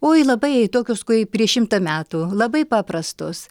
oi labai tokios kai prieš šimtą metų labai paprastos